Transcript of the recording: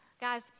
guys